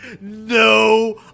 no